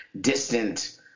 distant